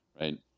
right